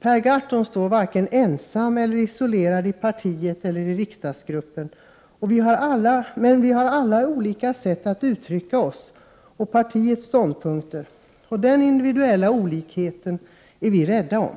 Per Gahrton står varken ensam eller isolerad i partiet eller i riksdagsgruppen, men vi har alla olika sätt att uttrycka oss på när det gäller partiets ståndpunkter. Den individuella olikheten är vi rädda om.